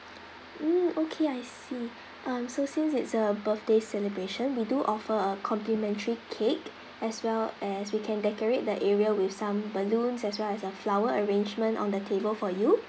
mm okay I see um so since it's a birthday celebration we do offer a complimentary cake as well as we can decorate the area with some balloons as well as a flower arrangement on the table for you